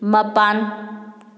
ꯃꯄꯥꯟ